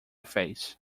face